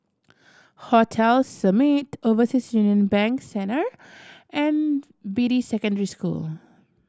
Hotel Summit Overseas Union Bank Centre and Beatty Secondary School